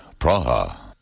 Praha